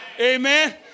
amen